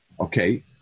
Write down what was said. Okay